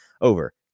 over